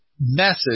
message